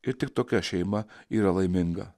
ir tik tokia šeima yra laiminga